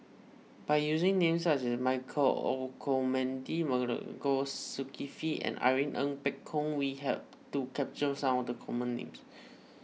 by using names such as Michael Olcomendy Masagos Zulkifli and Irene Ng Phek Hoong we hope to capture some of the common names